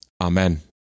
Amen